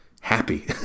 happy